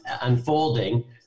unfolding